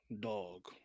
Dog